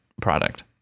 product